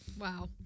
Wow